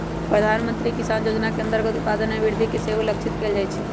प्रधानमंत्री किसान जोजना के अंतर्गत उत्पादन में वृद्धि के सेहो लक्षित कएल जाइ छै